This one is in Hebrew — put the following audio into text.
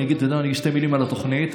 אני אגיד שתי מילים על התוכנית.